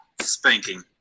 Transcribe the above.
Spanking